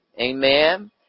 amen